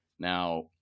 Now